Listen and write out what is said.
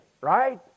right